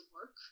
work